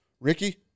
Ricky